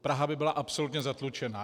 Praha by byla absolutně zatlučená.